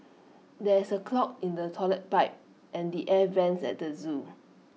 there is A clog in the Toilet Pipe and the air Vents at the Zoo